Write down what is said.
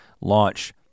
launch